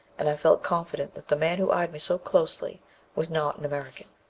and i felt confident that the man who eyed me so closely was not an american.